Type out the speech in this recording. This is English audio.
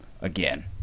again